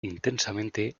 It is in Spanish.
intensamente